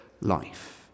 life